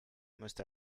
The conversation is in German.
müsste